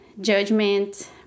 judgment